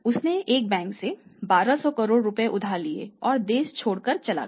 उसने एक बैंक से 12000 करोड़ रुपए उधार लिए और देश छोड़कर चला गया